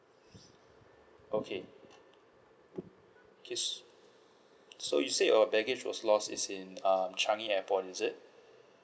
okay okay s~ so you said your baggage was lost is in um changi airport is it